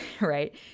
right